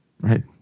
Right